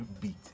beat